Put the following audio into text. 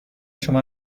شما